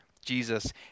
Jesus